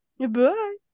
goodbye